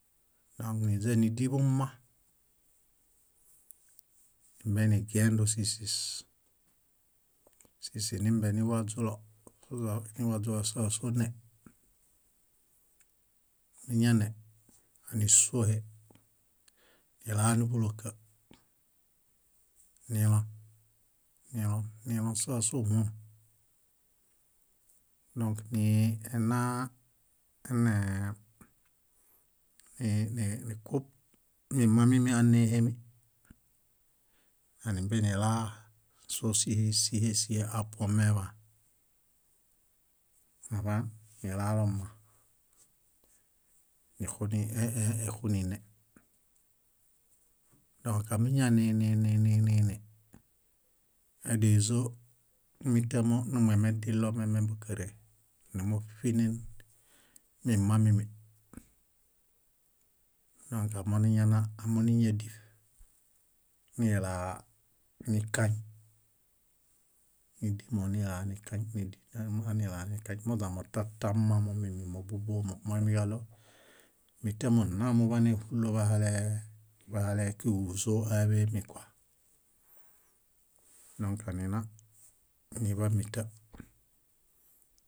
. Na níźanidiḃu mma, nimbenigiendo sísis, sísinimbeniwaźulo soźa waźuwaźu sóźasone. Míñane, ánisuohe, nala níḃuloka, nilon, nilon, nilon sóasohom, dõk ninaa enee ni- nikub mima mími ánehemi, nanimbenilaa sósihesihi apuomeḃaan, aḃaan nilalomma, nixuni e- e- níxunine. Dõk ámiñanenenene, ádizomitamo momomedilomiame bókaree númuṗinen mima mími. Dõk amoniñana, ámoniñadiṗ nilaanikaŋ, nídimo nilanikaŋ, nídiṗ nilanikaŋ, nídiṗ nilanikaŋ moźamotatamamo mímimobubuomo moimiġaɭo mítamo nna muḃanehulo bahale, bahale kúġuzo áḃemi kua. Dõk anina, ániḃamita.